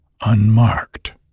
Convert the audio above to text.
unmarked